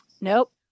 nope